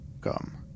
Come